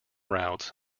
routes